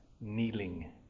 kneeling